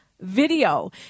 video